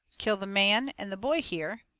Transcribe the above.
kill the man and the boy here,